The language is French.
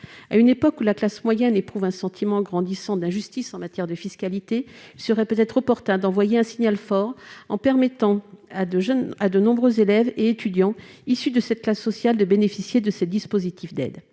À une époque où la classe moyenne éprouve un sentiment grandissant d'injustice en matière de fiscalité, il serait peut-être opportun d'envoyer un signal fort, en permettant à de nombreux élèves et étudiants issus de cette classe sociale de bénéficier de ce dispositif d'aide.